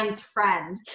friend